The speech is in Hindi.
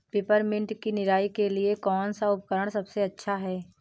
पिपरमिंट की निराई के लिए कौन सा उपकरण सबसे अच्छा है?